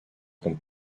con